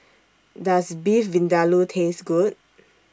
Does Beef Vindaloo Taste Good